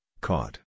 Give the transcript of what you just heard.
caught